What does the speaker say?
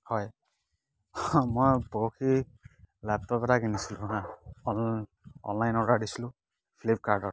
হয় মই পৰহি লেপটপ এটা কিনিছিলোঁ হাঁ অন অনলাইন অৰ্ডাৰ দিছিলোঁ ফ্লিপকাৰ্টত